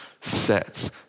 sets